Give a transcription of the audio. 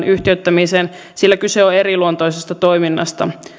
yhtiöittämiseen sillä kyse on eriluonteisesta toiminnasta